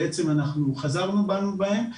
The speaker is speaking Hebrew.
בעצם אנחנו חזרנו בנו בהם.